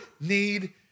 need